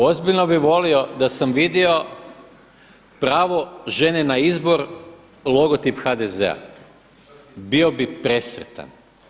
Ozbiljno bih volio da sam vidio pravo žene na izbor logotip HDZ-a, bio bih presretan.